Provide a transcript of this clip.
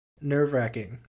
nerve-wracking